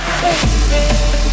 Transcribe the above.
baby